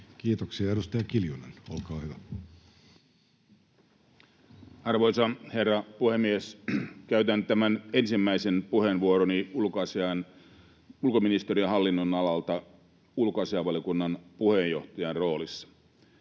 Kiitoksia. — Edustaja Kiljunen, olkaa hyvä. Arvoisa herra puhemies! Käytän tämän ensimmäisen puheenvuoroni ulkoministeriön hallinnonalalta ulkoasiainvaliokunnan puheenjohtajan roolissa,